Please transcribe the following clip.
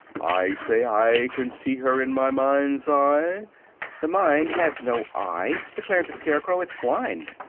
i say i can see her in my mind's eye the mind has no eye, declared the scarecrow. it's blind.